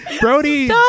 brody